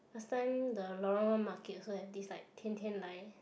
last time the lorong one market so empty it's like 天天来